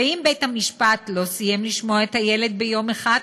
ואם בית-המשפט לא סיים לשמוע את הילד ביום אחד,